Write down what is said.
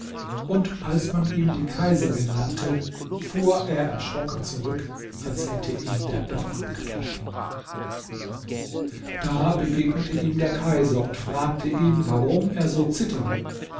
und als man ihm die kaiserin nannte fuhr er erschrocken zurück als hätte ihn der donner getroffen da begegnete ihm der kaiser und fragte ihn warum er so zittere